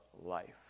life